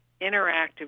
interactive